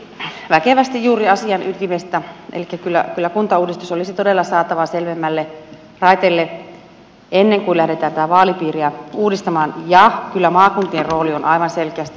edustaja piirainen todisti väkevästi juuri asian ytimestä elikkä kyllä kuntauudistus olisi todella saatava selvemmälle raiteelle ennen kuin lähdetään tätä vaalipiiriä uudistamaan ja kyllä maakuntien rooli on aivan selkeästi muuttumassa